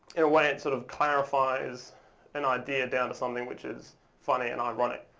in a way, it sort of clarifies an idea down to something, which is funny and ironic.